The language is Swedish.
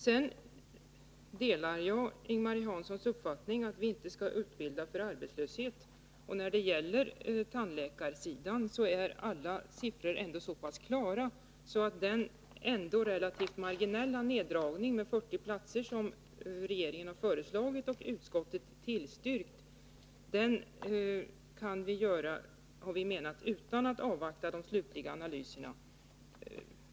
Jag delar Ing-Marie Hanssons uppfattning att vi inte skall utbilda för arbetslöshet. När det gäller tandläkarutbildningen tyder alla siffror på att vi kan göra den relativt marginella neddragning med 40 platser som regeringen har föreslagit utan att avvakta de slutliga analyserna. Utskottet tillstyrker därför detta.